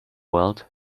world